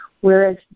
Whereas